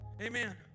Amen